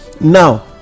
now